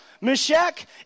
Meshach